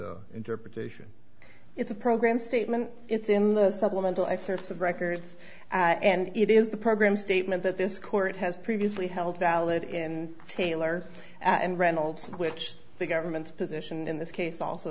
bill interpretation it's a program statement it's in the supplemental excerpts of records and it is the program statement that this court has previously held valid in taylor and reynolds which the government's position in this case also